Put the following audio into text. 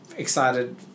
Excited